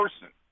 person